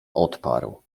odparł